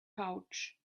pouch